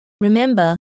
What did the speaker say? Remember